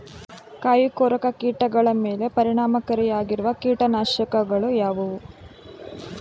ಕಾಯಿಕೊರಕ ಕೀಟಗಳ ಮೇಲೆ ಪರಿಣಾಮಕಾರಿಯಾಗಿರುವ ಕೀಟನಾಶಗಳು ಯಾವುವು?